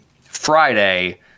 Friday